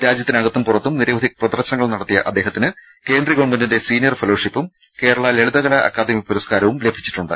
രാജ്യത്തിനകത്തും പുറത്തും നിര വധി പ്രദർശനങ്ങൾ നടത്തിയ അദ്ദേഹത്തിന് കേന്ദ്ര ഗവൺമെന്റിന്റെ സീനിയർ ഫെലോഷിപ്പും കേരള ലളിത കലാ അക്കാദമി പുരസ്കാരവും ലഭിച്ചിട്ടുണ്ട്